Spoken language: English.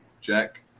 Jack